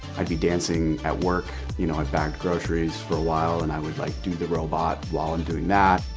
i'd be dancing at work, you know, i bagged groceries for a while, and i would like do the robot while i'm doing that.